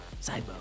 Cybo